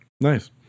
Nice